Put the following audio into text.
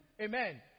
Amen